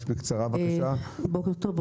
בוקר טוב.